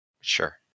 Sure